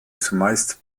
zumeist